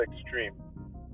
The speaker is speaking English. extreme